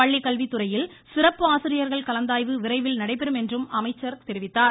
பள்ளிக்கல்வித்துறையில் சிறப்பு ஆசிரியர்கள் கலந்தாய்வு விரைவில் நடைபெறும் என்றும் அமைச்சர் மேலும் தெரிவித்தார்